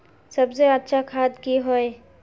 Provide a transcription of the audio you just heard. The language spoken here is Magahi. सबसे अच्छा खाद की होय?